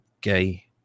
gay